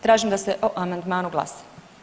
Tražim da se o amandmanu glasa.